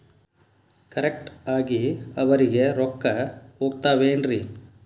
Correct ಆಗಿ ಅವರಿಗೆ ರೊಕ್ಕ ಹೋಗ್ತಾವೇನ್ರಿ?